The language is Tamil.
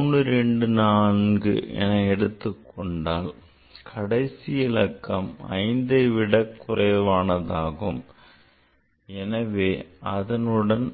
324 எடுத்துக்கொண்டால் கடைசி இலக்கம் 5ஐ விடக் குறைவானதாகும் எனவே அதனுடன்